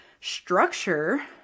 structure